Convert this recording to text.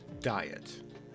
diet